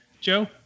Joe